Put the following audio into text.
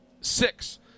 six